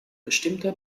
bestimmte